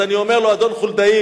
אז אני אומר לו: אדון חולדאי,